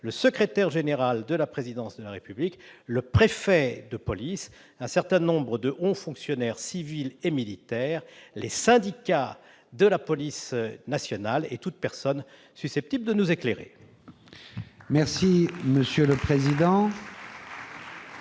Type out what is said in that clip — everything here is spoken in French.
le secrétaire général de la présidence de la République, le préfet de police, un certain nombre de hauts fonctionnaires civils et militaires, les syndicats de la police nationale et toute personne susceptible de nous éclairer. La parole est à M. le président